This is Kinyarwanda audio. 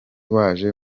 waje